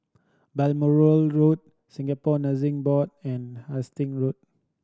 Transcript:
Balmoral Road Singapore Nursing Board and Hasting Road